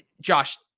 Josh